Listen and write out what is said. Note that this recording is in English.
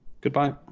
Goodbye